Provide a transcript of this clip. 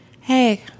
hey